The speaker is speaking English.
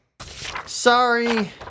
sorry